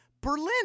Berlin